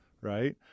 right